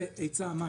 המים.